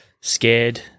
scared